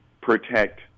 protect